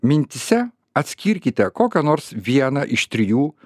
mintyse atskirkite kokio nors vieną iš trijų